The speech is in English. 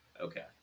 Okay